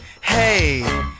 hey